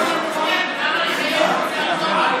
למה לחייב את זה כל, על מה?